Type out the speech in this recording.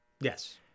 Yes